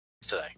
today